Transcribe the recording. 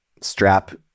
strap